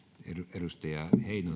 arvoisa